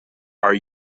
are